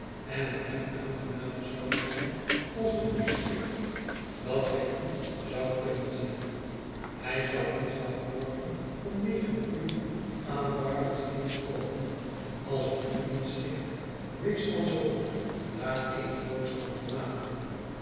en het hem aangenaam zou zijn als het u schikte dat hy u zou kunnen zien hij zou dinsdagmorgen om negen uur aan barnard's inn komen als het u niet schikt wees dan zoo goed daar eene boodschap te laten